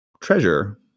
treasure